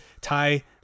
tie